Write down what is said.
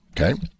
Okay